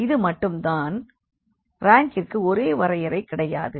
இது மட்டும் தான் ரேங்கிற்கு ஒரே வரையறை கிடையாது